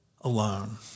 alone